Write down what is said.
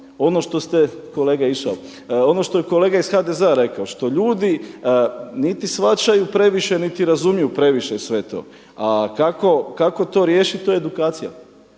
Ono što je kolega iz HDZ-a rekao, što ljudi niti shvaćaju previše, niti razumiju previše sve to. A kako to riješiti? To je edukacija.